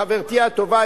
חברתי הטובה,